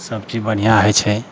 सब चीज बढ़िआँ होइ छै